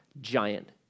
giant